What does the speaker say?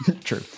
True